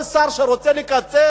כל שר שרוצה לקצץ,